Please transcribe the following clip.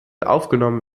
aufgenommen